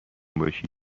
باشی